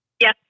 Yes